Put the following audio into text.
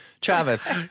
Travis